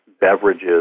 beverages